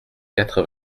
quatre